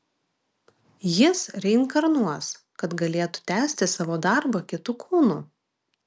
jis reinkarnuos kad galėtų tęsti savo darbą kitu kūnu